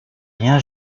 rien